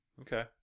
Okay